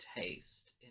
taste